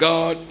God